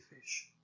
fish